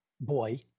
boy